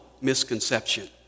misconception